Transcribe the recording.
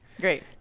great